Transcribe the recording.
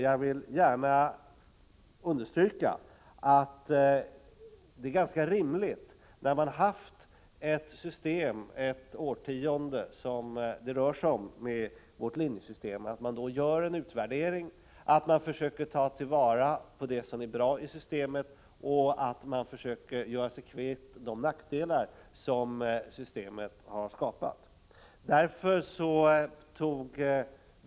Jag vill gärna understryka att det är ganska rimligt att man efter att det linjesystemet har tillämpats under ett årtionde, som det här rör sig om, gör en utvärdering och att man sedan försöker ta vara på det som är bra i systemet och göra sig kvitt de nackdelar som det har skapat.